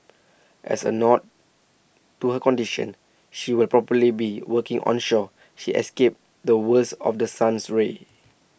as A nod to her condition she will probably be working onshore she escape the worst of the sun's rays